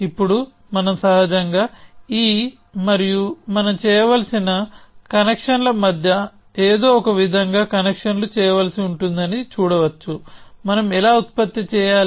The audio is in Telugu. ఇప్పుడు మనం సహజంగా ఈ మరియు మనం చేయవలసిన కనెక్షన్ల మధ్య ఏదో ఒక విధంగా కనెక్షన్లు చేయవలసి ఉంటుందని చూడవచ్చు మనం ఎలా ఉత్పత్తి చేయాలి